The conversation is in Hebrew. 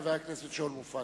חבר הכנסת שאול מופז.